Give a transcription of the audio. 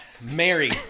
Mary